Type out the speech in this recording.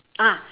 ah